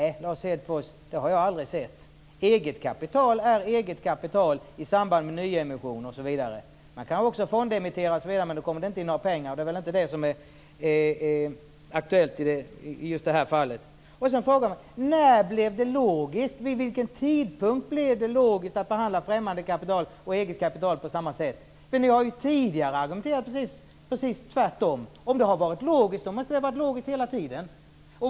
Det har jag aldrig sett, Lars Hedfors. Eget kapital är eget kapital i samband med nyemission osv. Man kan också fondemittera, men då kommer det inte in några pengar. Det är väl inte aktuellt i just det här fallet. Sedan frågar jag mig vid vilken tidpunkt det blev logiskt att behandla främmande kapital och eget kapital på samma sätt. Ni har ju tidigare argumenterat precis tvärtom. Om det har varit logiskt, måste det ha varit logiskt hela tiden.